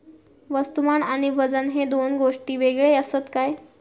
वस्तुमान आणि वजन हे दोन गोष्टी वेगळे आसत काय?